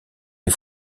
les